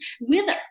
wither